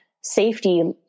safety